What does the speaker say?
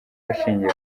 ashingiye